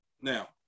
Now